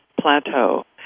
plateau